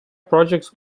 projects